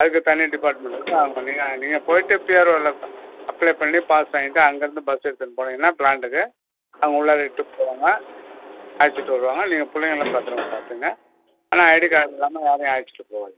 அதுக்கு தனி டிப்பார்ட்மெண்ட் இருக்குது அவங்க நீங்கள் நீங்கள் போய்ட்டு பிஆர்ஓஎல்லில் அப்ளை பண்ணி பாஸ் வாங்கிக்ட்டு அங்கே இருந்து பஸ் எடுத்துன்னு போனிங்கனா ப்ளான்ட்டுக்கு அவங்க உள்ளார இட்டு போவாங்க அழைச்சிட்டு வருவாங்க நீங்கள் பிள்ளைங்கள பத்திரமா பார்த்துக்ங்க ஆனால் ஐடி கார்டு இல்லாமல் யாரையும் அழைச்சிட்டு போகாதிங்க